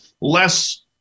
less